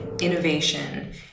innovation